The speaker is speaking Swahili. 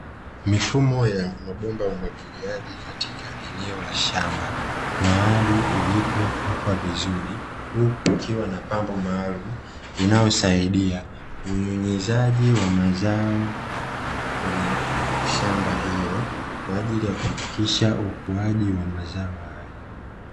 Mifumo ya mabomba ya umwagiliaji katika eneo la shamba mahali iliyowekwa vizuri, huku kukiwa na pampu maalumu inayosaidia unyunyizaji wa mazao kwenye shamba hilo, kwa ajili ya kuhakikisha ukuaji wa mazao hayo.